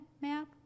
map